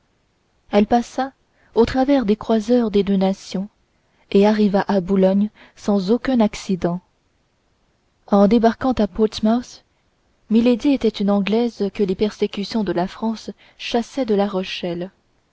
elle passa au travers des croiseurs des deux nations et arriva à boulogne sans aucun accident en débarquant à portsmouth milady était une anglaise que les persécutions de la france chassaient de la rochelle